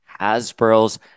Hasbro's